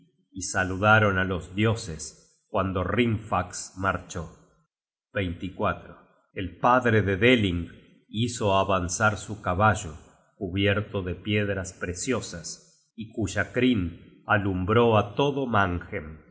y saludaron á los dioses cuando hrimfaxe marchó el padre de deling hizo avanzar su caballo cubierto de piedras preciosas y cuya crin alumbró á todo manhem